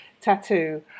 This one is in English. tattoo